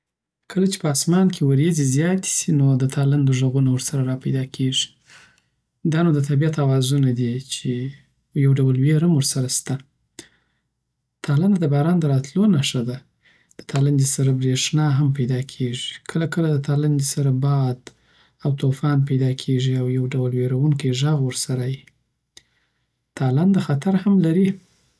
کله چی په اسمان کی وریځی زیاتی سی نو د تالاندو ږغونه ورسره را پیدا کیږی دا نو د طبیعت اوازونه دی چی ویو ډول ویره هم ورسره سته تالنده دباران د راتلو نښه ده دتالندی سره پریښنا هم پیداکیږی کله کله د تالاندی سره باد او توفان پیداکیږی او یوډول ویرونکی ږغ ورسره یی تالنده خطر هم لری